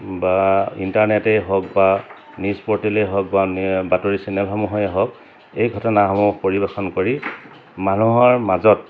বা ইণ্টাৰনেটেই হওক বা নিউজ পৰ্টেলেই হওক বা বাতৰি চিনেলসমূহেই হওক এই ঘটনাসমূহ পৰিৱেশন কৰি মানুহৰ মাজত